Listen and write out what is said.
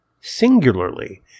singularly